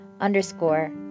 underscore